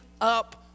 up